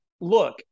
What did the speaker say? look